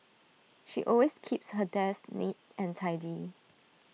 she always keeps her desk neat and tidy